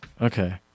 okay